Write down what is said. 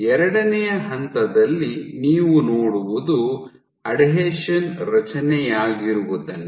ಎರಡನೆಯ ಹಂತದಲ್ಲಿ ನೀವು ನೋಡುವುದು ಅಡೇಷನ್ ರಚನೆಯಾಗಿರುವುದನ್ನು